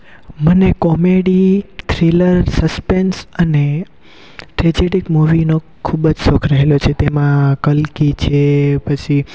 મને comedy thriller suspense અને tragedic મૂવીનો ખૂબજ શોખ રહેલો છે તેમાં કલ્કી છે પછી